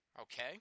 okay